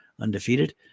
undefeated